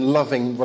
loving